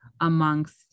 amongst